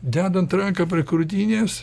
dedant ranką prie krūtinės